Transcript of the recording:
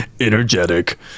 energetic